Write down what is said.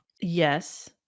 Yes